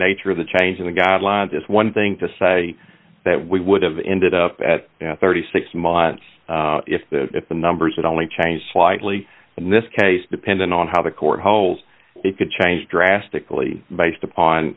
nature of the change in the guidelines it's one thing to say that we would have ended up at thirty six months if the numbers would only change slightly in this case depending on how the court holds it could change drastically based upon